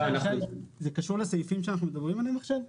זה קשור לסעיפים שאנחנו מדברים עליהם עכשיו?